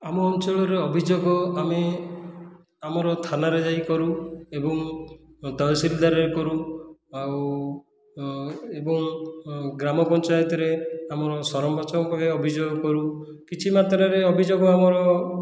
ଆମ ଅଞ୍ଚଳର ଅଭିଯୋଗ ଆମେ ଆମର ଥାନାରେ ଯାଇ କରୁ ଏବଂ ତହସିଲଦାରରେ କରୁ ଆଉ ଏବଂ ଗ୍ରାମପଞ୍ଚାୟତରେ ଆମର ସରପଞ୍ଚଙ୍କ ପାଖେ ଅଭିଯୋଗ କରୁ କିଛି ମାତ୍ରାରେ ଅଭିଯୋଗ ଆମର